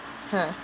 !huh!